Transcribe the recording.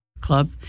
club